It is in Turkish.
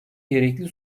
gerekli